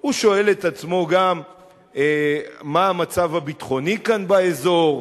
הוא שואל את עצמו גם מה המצב הביטחוני כאן באזור.